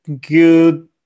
good